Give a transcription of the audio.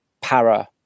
para